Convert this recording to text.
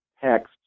text